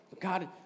God